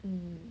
mm